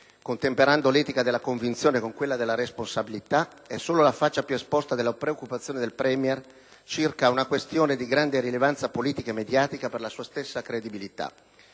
contemperando l'etica della convinzione con quella della responsabilità, è solo la faccia più esposta della preoccupazione del *Premier* circa una questione di grande rilevanza, politica e mediatica, per la sua stessa credibilità.